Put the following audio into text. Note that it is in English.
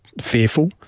fearful